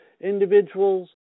individuals